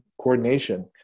coordination